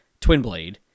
Twinblade